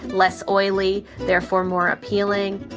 less oily, therefore more appealing